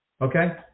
Okay